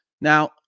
Now